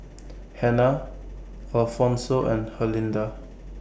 Hannah Alphonso and Herlinda